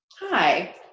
Hi